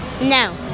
No